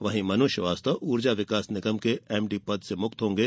वहीं मनु श्रीवास्तव ऊर्जा विकास निगम के एमडी पद से मुक्त होंगे